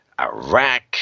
Iraq